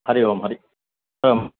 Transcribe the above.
Hari Om Hari Om